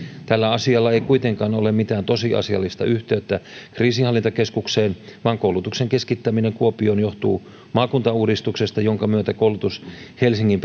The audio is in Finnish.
tällä asialla ei kuitenkaan ole mitään tosiasiallista yhteyttä kriisinhallintakeskukseen vaan koulutuksen keskittäminen kuopioon johtuu maakuntauudistuksesta jonka myötä koulutus helsingin